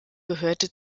gehörte